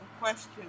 question